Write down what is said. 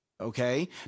okay